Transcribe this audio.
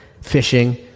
fishing